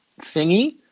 thingy